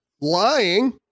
lying